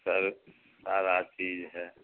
سر سارا چیج ہے